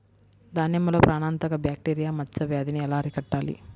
దానిమ్మలో ప్రాణాంతక బ్యాక్టీరియా మచ్చ వ్యాధినీ ఎలా అరికట్టాలి?